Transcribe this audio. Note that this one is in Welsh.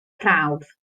prawf